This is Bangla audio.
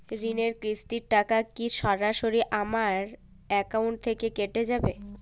ঋণের কিস্তির টাকা কি সরাসরি আমার অ্যাকাউন্ট থেকে কেটে যাবে?